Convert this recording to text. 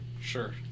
sure